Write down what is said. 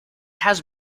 has